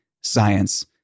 science